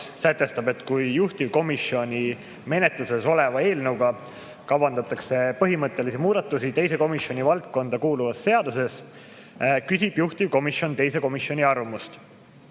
sätestab, et kui juhtivkomisjoni menetluses oleva eelnõuga kavandatakse põhimõttelisi muudatusi teise komisjoni valdkonda kuuluvas seaduses, küsib juhtivkomisjon teise komisjoni arvamust.